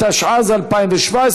התשע"ז 2017,